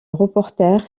reporter